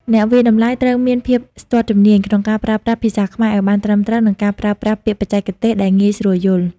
អ្នកវាយតម្លៃត្រូវមានភាពស្ទាត់ជំនាញក្នុងការប្រើប្រាស់ភាសាខ្មែរឱ្យបានត្រឹមត្រូវ និងការប្រើប្រាស់ពាក្យបច្ចេកទេសដែលងាយស្រួលយល់។